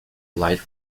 light